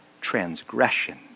transgression